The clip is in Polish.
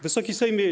Wysoki Sejmie!